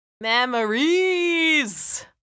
memories